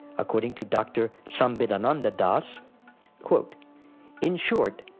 according to dr. sambidananda das in short,